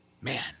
Man